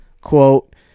quote